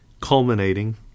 culminating